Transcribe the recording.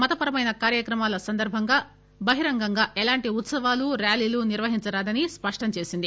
మతపరమైన కార్యక్రమాల సందర్బంగా బహిరంగంగా ఎలాంటి ఉత్సవాలు ర్యాలీలు నిర్వహించరాదని స్పష్టం చేసింది